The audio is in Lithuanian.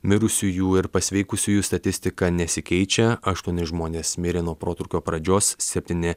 mirusiųjų ir pasveikusiųjų statistika nesikeičia aštuoni žmonės mirė nuo protrūkio pradžios septyni